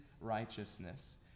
righteousness